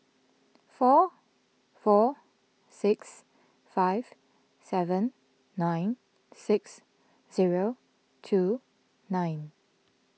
four four six five seven nine six zero two nine